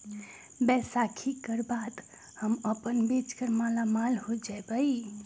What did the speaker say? बैसाखी कर बाद हम अपन बेच कर मालामाल हो जयबई